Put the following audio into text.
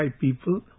people